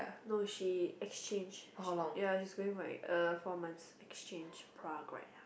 no she exchange ya she is going for like uh four months exchange program